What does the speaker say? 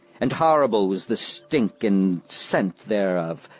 and horrible was the stink and sent there of,